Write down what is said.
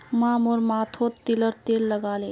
माँ मोर माथोत तिलर तेल लगाले